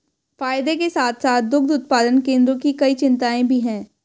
फायदे के साथ साथ दुग्ध उत्पादन केंद्रों की कई चिंताएं भी हैं